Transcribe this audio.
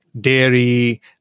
dairy